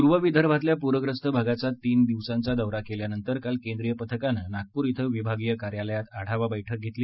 पूर्व विदर्भातल्या पूर्यस्त भागाचा तीन दिवस दौरा केल्यानंतर काल केंद्रीय पथकानं नागपूर इथं विभागीय कार्यालयात आढावा बर्ष्कि घेतली